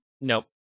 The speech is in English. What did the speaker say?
Nope